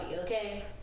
okay